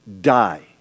die